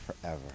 forever